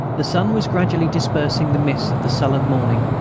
the sun was gradually dispersing the mist of the sullen morning,